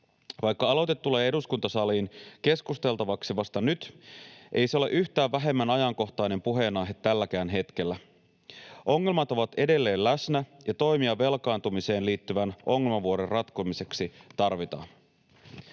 Vaikka aloite tulee eduskuntasaliin keskusteltavaksi vasta nyt, ei se ole yhtään vähemmän ajankohtainen puheenaihe tälläkään hetkellä. Ongelmat ovat edelleen läsnä ja toimia velkaantumiseen liittyvän ongelmavuoren ratkomiseksi tarvitaan.